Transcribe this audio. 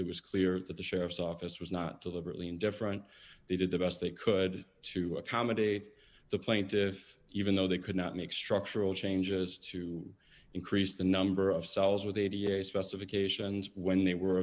it was clear that the sheriff's office was not deliberately indifferent they did the best they could to accommodate the plaintiff even though they could not make structural changes to increase the number of cells with eighty eight specifications when they were